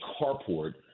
carport